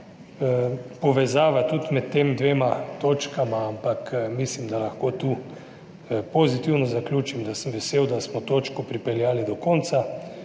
povezava tudi med tema dvema točkama, ampak mislim, da lahko tu pozitivno zaključim, da sem vesel, da smo točko pripeljali do konca,